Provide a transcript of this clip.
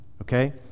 Okay